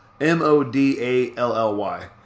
M-O-D-A-L-L-Y